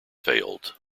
failed